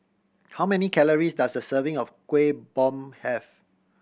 how many calories does a serving of Kuih Bom have